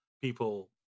people